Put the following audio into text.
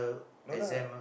no lah